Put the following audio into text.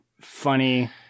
funny